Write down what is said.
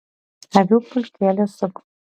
avių pulkelis sugulęs nakvynei kiūtojo lyg akmenų krūsnis